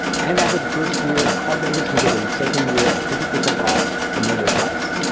and after the first year, cardmembers can get a second year at fifty percent off the normal price.